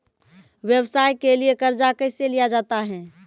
व्यवसाय के लिए कर्जा कैसे लिया जाता हैं?